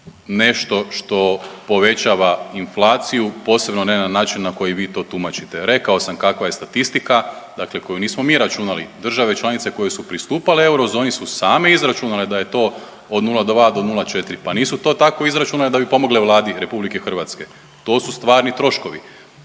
nešto što povećava inflaciju, posebno ne na način na koji vi to tumačite. Rekao sam kakva je statistika, dakle koju nismo mi računali, države članice koje su pristupale eurozoni su same izračunale da je to od 02 do 04, pa nisu to tako izračunale da bi pomogle Vladi RH, to su stvarni troškovi.